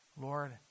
Lord